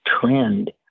trend